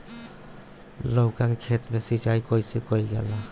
लउका के खेत मे सिचाई कईसे कइल जाला?